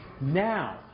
Now